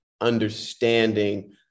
understanding